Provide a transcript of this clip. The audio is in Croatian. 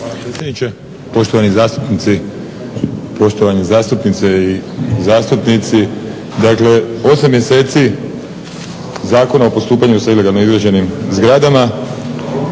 poštovani zastupnice i zastupnici. Dakle, 8 mjeseci Zakona o postupanju sa ilegalno izgrađenim zgradama